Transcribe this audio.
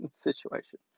situation